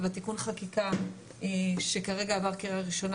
ובתיק חקיקה שכרגע עבר קריאה ראשונה,